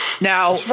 Now